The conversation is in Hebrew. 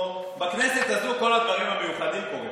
בכנסת הזו כל הדברים המיוחדים קורים.